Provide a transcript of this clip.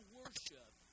worship